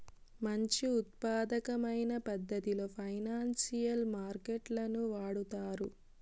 మంచి ఉత్పాదకమైన పద్ధతిలో ఫైనాన్సియల్ మార్కెట్ లను వాడుతారు